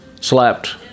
slapped